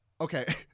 okay